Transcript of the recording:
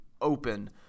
open